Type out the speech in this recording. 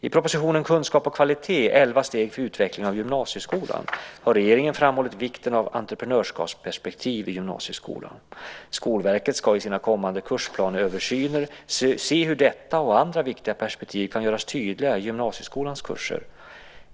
I propositionen Kunskap och kvalitet - elva steg för utveckling av gymnasieskolan har regeringen framhållit vikten av ett entreprenörskapsperspektiv i gymnasieskolan. Skolverket ska i sin kommande kursplansöversyn se hur detta och andra viktiga perspektiv kan göras tydliga i gymnasieskolans kurser.